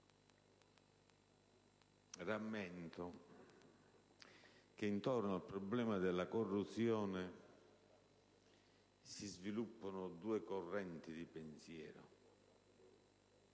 Rammento che intorno al problema della corruzione si sviluppano due correnti di pensiero;